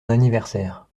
anniversaire